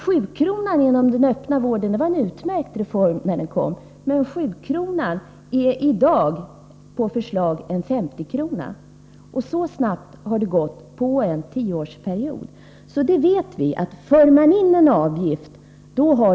7-kronan inom den öppna vården var en utmärkt reform när den kom, men den föreslås i dag bli en 50-krona. Så snabbt har det gått under en tioårsperiod.